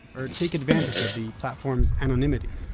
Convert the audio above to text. or take advantage of the platform's anonymity.